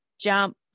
jump